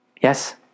Yes